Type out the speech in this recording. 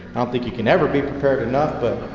um think you can never be prepared enough but,